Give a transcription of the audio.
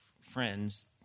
friends